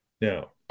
Now